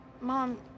Mom